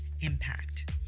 impact